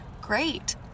great